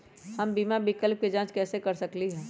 हम बीमा विकल्प के जाँच कैसे कर सकली ह?